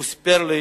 והוא סיפר לי,